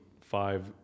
five